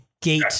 gate